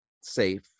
safe